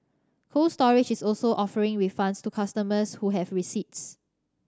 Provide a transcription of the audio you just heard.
Cold Storage is also offering refunds to customers who have receipts